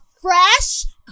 fresh